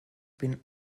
been